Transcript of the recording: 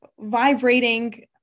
vibrating